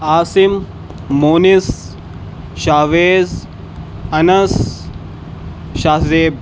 Asim Moonis Shavez Anas Shah Zeb